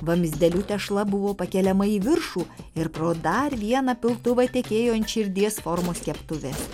vamzdeliu tešla buvo pakeliama į viršų ir pro dar vieną piltuvą tekėjo ant širdies formos keptuvės